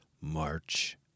March